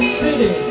city